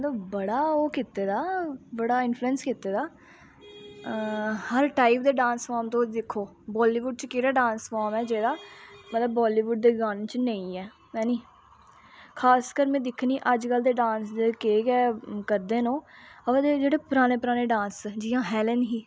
मतलब बड़ा ओह् कीते दा बड़ा इनफ्लूयंस कीते दा हर टाइप दे डांस फार्म तुस दिक्खो बालीबुड च केह्ड़ा डांस फार्म ऐ जेह्ड़ा मतलब बालीबुड दे गाने च नेईं ऐ हैनी खास कर में दिक्खनी अज्जकल दे डांस दे केह् गै करदे न ओह् अवा ते जेह्ड़े पराने पराने डांस जियां हैलन ही